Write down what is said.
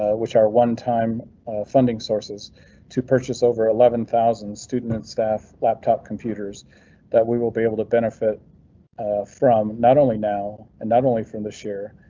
ah which are one time funding sources to purchase over eleven thousand students and staff laptop computers that we will be able to benefit from not only now and not only from this year,